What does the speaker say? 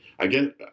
Again